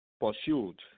pursued